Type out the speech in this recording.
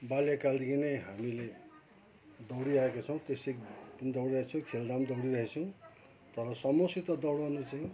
बाल्यकालदेखि नै हामीले दौडिआएका छौँ त्यसै पनि दौडिरहेछौँ खेल्दा पनि दौडिरहेछौँ तर समझसित दौडन चाहिँ